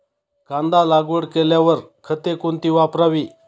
कांदा लागवड केल्यावर खते कोणती वापरावी?